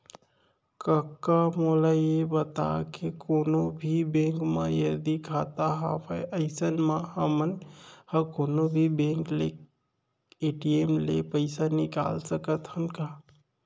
कका मोला ये बता के कोनों भी बेंक म यदि खाता हवय अइसन म हमन ह कोनों भी बेंक के ए.टी.एम ले पइसा निकाल सकत हन का?